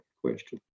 question